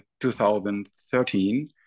2013